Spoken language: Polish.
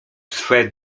swe